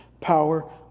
Power